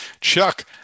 Chuck